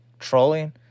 trolling